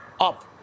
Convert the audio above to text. up